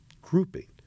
grouping